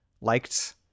liked